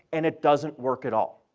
and it doesn't work at all,